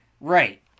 right